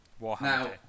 now